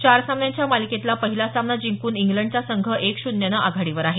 चार सामन्यांच्या मालिकेला पहिला सामना जिंकून इंग्लंडचा संघ एक शून्यनी आघाडीवर आहे